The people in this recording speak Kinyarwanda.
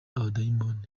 abadayimoni